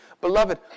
Beloved